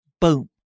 Boom